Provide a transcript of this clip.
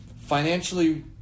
financially